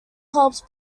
helped